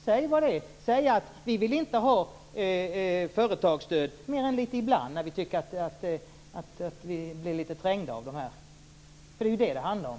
Säg vad det är! Säg att ni inte vill ha företagsstöd mer än litet ibland när ni tycker att ni blir litet trängda! Det är ju vad det handlar om.